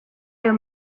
ayo